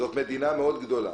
וזאת מדינה מאוד גדולה.